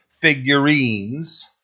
figurines